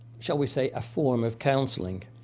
shall we say, a form of counseling,